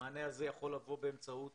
המענה הזה יכול לבוא באמצעות